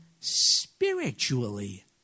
spiritually